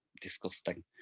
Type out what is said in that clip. disgusting